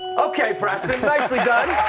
okay. preston. nicely done.